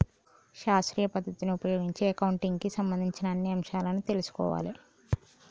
శాస్త్రీయ పద్ధతిని ఉపయోగించి అకౌంటింగ్ కి సంబంధించిన అన్ని అంశాలను తెల్సుకోవాలే